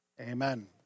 Amen